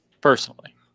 personally